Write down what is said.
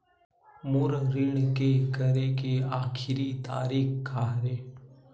मोर ऋण के करे के आखिरी तारीक का हरे?